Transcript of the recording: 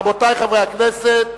רבותי חברי הכנסת,